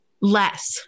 Less